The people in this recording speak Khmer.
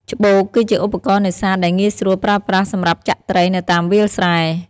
ច្បូក គឺជាឧបករណ៍នេសាទដែលងាយស្រួលប្រើប្រាស់សម្រាប់ចាក់ត្រីនៅតាមវាលស្រែ។